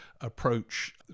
approach